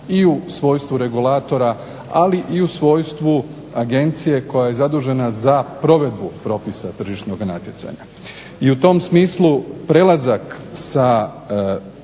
i u svojstvu regulatora, ali i u svojstvu agencije koja je zadužena za provedbu propisa tržišnoga natjecanja. I u tom smislu prelazak sa